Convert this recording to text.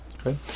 Okay